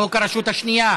חוק הרשות השנייה